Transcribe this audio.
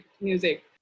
music